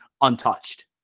untouched